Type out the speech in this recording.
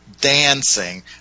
dancing